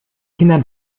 kinder